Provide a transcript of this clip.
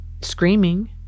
screaming